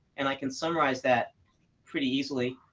and i can summarize that pretty easily.